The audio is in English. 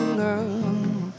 love